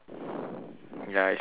ya it's all the way at the back